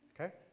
okay